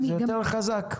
זה יותר חזק.